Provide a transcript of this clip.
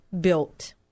built